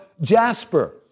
jasper